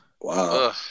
Wow